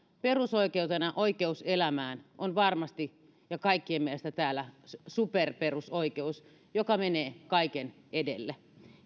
perusoikeutena oikeus elämään on varmasti ja kaikkien mielestä täällä superperusoikeus joka menee kaiken edelle